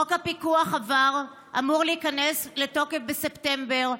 חוק הפיקוח עבר ואמור להיכנס לתוקף בספטמבר.